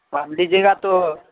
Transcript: اور لیجیے گا تو